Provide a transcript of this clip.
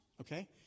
okay